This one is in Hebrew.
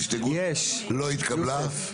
ההסתייגות לא התקבלה.